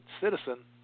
citizen